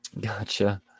Gotcha